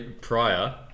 prior